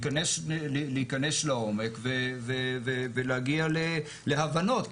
להיכנס לעומק ולהגיע להבנות.